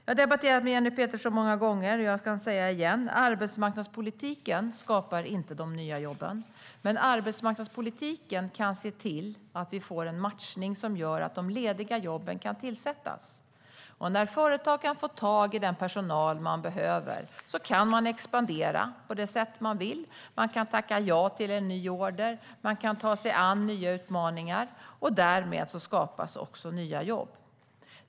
Jag har debatterat med Jenny Petersson många gånger, men jag kan säga det igen: Arbetsmarknadspolitiken skapar inte de nya jobben, men arbetsmarknadspolitiken kan se till att vi får en matchning som gör att de lediga jobben kan tillsättas. När företag kan få tag i den personal som behövs kan de expandera på det sätt de vill, tacka ja till en ny order och ta sig an nya utmaningar. Därmed skapas nya jobb.